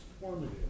formative